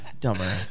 dumber